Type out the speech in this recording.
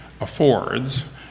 affords